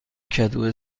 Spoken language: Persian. کدو